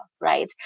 right